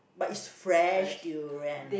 but it's fresh durian leh